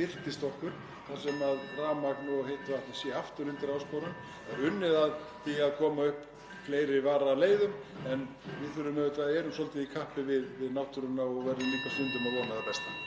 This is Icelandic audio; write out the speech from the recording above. birtist okkur (Forseti hringir.) þar sem rafmagn og hiti er aftur undir áskorun. Það er unnið að því að koma upp fleiri varaleiðum en við erum auðvitað svolítið í kappi við náttúruna og verðum líka stundum að vona það besta.